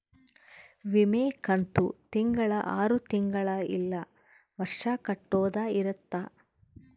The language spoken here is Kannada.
ವಿಮೆ ಕಂತು ತಿಂಗಳ ಆರು ತಿಂಗಳ ಇಲ್ಲ ವರ್ಷ ಕಟ್ಟೋದ ಇರುತ್ತ